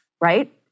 Right